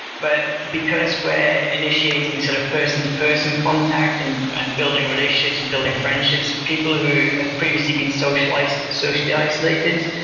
but because we're initiating sort of person-to-person contact and and building relationships and building friendships, people who have previously been socially so socially isolated,